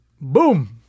Boom